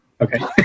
Okay